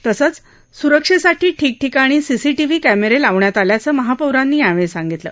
तसंच सुरक्षेसाठी ठिकठिकाणी सीसीटीव्ही कॅमेरे लावण्यात आल्याचं महापौरांनी यावेळी सांगितलं